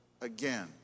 again